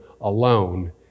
alone